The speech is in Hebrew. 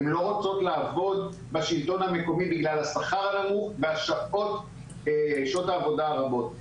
הן לא רוצות לעבוד בשלטון המקומי בגלל השכר הנמוך ושעות העבודה הרבות.